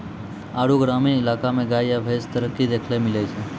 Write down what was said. आरु ग्रामीण इलाका मे गाय या भैंस मे तरक्की देखैलै मिलै छै